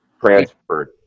transferred